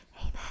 Amen